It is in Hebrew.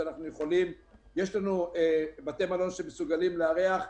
יש לנו בתי מלון שמסוגלים לארח.